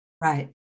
right